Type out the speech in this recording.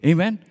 Amen